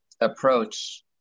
approach